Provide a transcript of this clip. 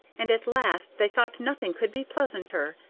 and at last they thought nothing could be pleasanter,